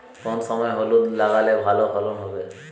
কোন সময় হলুদ লাগালে ভালো ফলন হবে?